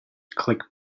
click